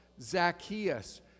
Zacchaeus